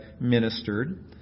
ministered